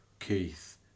Keith